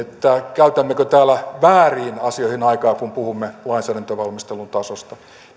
käytämmekö täällä vääriin asioihin aikaa kun puhumme lainsäädäntövalmistelun tasosta